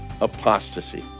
apostasy